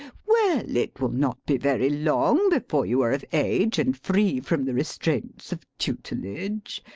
well, it will not be very long before you are of age and free from the restraints of tutelage.